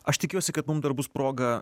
aš tikiuosi kad mum dar bus proga